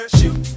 Shoot